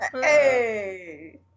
Hey